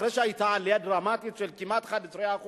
אחרי שהיתה עלייה דרמטית של כמעט 11%